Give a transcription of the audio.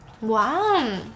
Wow